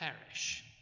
perish